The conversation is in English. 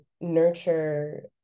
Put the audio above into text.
nurture